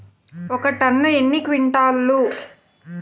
ఒక టన్ను ఎన్ని క్వింటాల్లు?